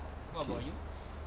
okay